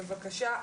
בבקשה,